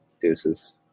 deuces